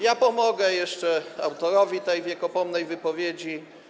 Ja pomogę jeszcze autorowi tej wiekopomnej wypowiedzi.